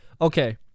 okay